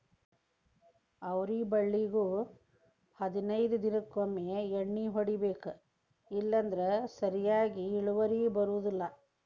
ಅವ್ರಿ ಬಳ್ಳಿಗು ಹದನೈದ ದಿನಕೊಮ್ಮೆ ಎಣ್ಣಿ ಹೊಡಿಬೇಕ ಇಲ್ಲಂದ್ರ ಸರಿಯಾಗಿ ಇಳುವರಿ ಬರುದಿಲ್ಲಾ